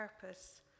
purpose